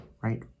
right